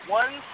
one